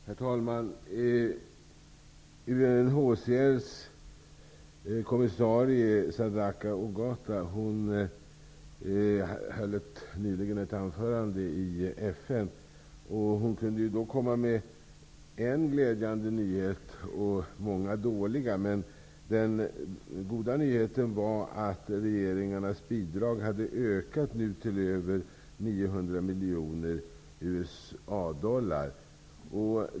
Herr talman! UNHCR:s kommissarie Sadaka Ogata höll nyligen ett anförande i FN. Hon kunde då komma med en glädjande nyhet och många dåliga. Den goda nyheten var att regeringarnas bidrag hade ökat till över 900 miljoner USA-dollar.